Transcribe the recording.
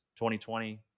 2020